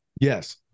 Yes